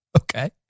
Okay